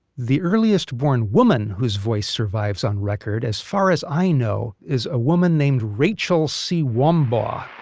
the earliest born woman whose voice survives on record, as far as i know, is a woman named rachel see-wom-bwa